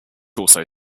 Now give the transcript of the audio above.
also